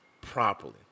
properly